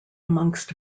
amongst